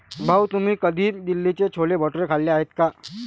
भाऊ, तुम्ही कधी दिल्लीचे छोले भटुरे खाल्ले आहेत का?